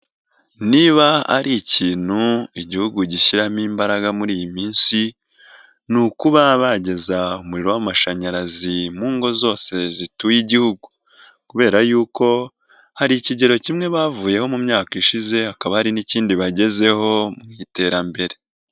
Niba hari ikintu igihugu gishyiramo imbaraga muri iyi minsi ni ukuba bageza umuriro w'amashanyarazi mu ngo zose zituye igihugu, kubera y'uko hari ikigero kimwe bavuyeho mu myaka ishize hakaba hari n'ikindi bagezeho mu iterambere.